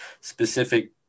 specific